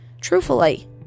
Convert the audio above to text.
Truthfully